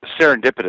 serendipitous